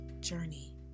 journey